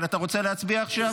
אתה רוצה להצביע עכשיו?